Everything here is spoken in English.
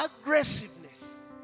aggressiveness